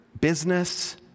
business